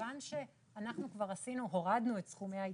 כיוון שאנחנו כבר הורדנו את סכומי העיצומים,